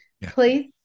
please